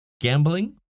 gambling